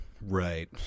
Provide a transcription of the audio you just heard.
Right